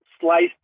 sliced